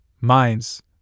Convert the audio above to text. mines